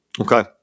Okay